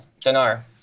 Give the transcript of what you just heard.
Dinar